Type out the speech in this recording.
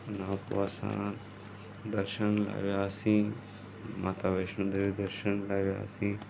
हुन खां पोइ असां दर्शन लाइ वियासीं माता वैष्णो देवी दर्शन लाइ वियासीं